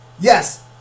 Yes